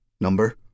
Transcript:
Number